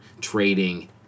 trading